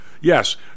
yes